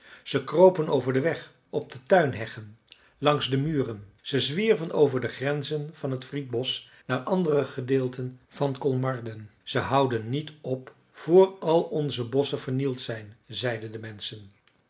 ze kropen over den weg op de tuinheggen langs de muren ze zwierven over de grenzen van het friedsbosch naar andere gedeelten van kolmarden ze houden niet op voor al onze bosschen vernield zijn zeiden de menschen